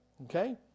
okay